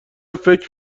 فکر